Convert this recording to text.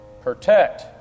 Protect